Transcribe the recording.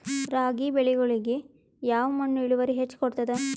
ರಾಗಿ ಬೆಳಿಗೊಳಿಗಿ ಯಾವ ಮಣ್ಣು ಇಳುವರಿ ಹೆಚ್ ಕೊಡ್ತದ?